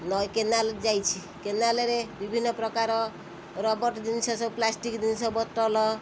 ନଈ କେନାଲ୍ ଯାଇଛି କେନାଲ୍ରେ ବିଭିନ୍ନ ପ୍ରକାର ରବଟ୍ ଜିନିଷ ସବୁ ପ୍ଲାଷ୍ଟିକ୍ ଜିନିଷ ବଟଲ୍